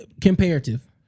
Comparative